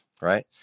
right